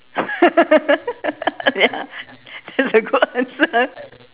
ya that's a good answer